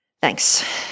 Thanks